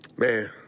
Man